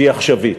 שהיא עכשווית.